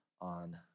on